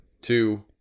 two